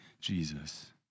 Jesus